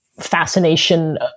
fascination